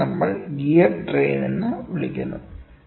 അതിനെ നമ്മൾ gear train എന്ന് വിളിക്കുന്നു